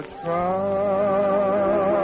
try